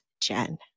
Jen